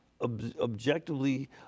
objectively